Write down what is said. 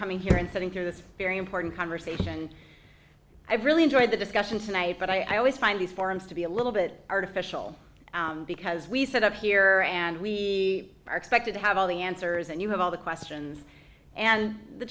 coming here and sitting here this very important conversation i really enjoyed the discussion tonight but i always find these forums to be a little bit artificial because we set up here and we are expected to have all the answers and you have all the questions and the